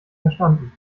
verstanden